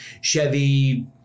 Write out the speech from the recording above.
Chevy